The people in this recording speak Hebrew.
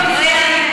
לא ייאמן.